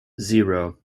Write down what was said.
zero